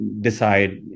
decide